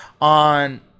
on